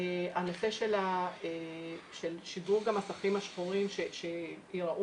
הנושא של שדרוג המסכים השחורים שייראו